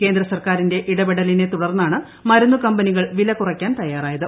കേന്ദ്രസർക്കാരിന്റെ ഇടപെടലിനെ തുടർന്നാണ് മരുന്നു കമ്പനികൾ വിലകുറക്കാൻ തയ്യാറായത്